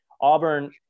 Auburn